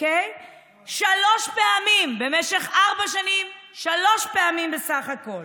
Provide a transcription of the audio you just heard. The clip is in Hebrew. שלוש פעמים במשך ארבע שנים בסך הכול.